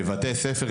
בבתי ספר,